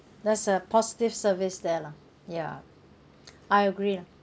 there's a positive service there lah ya I agree lah